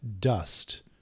dust